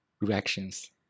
reactions